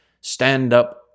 stand-up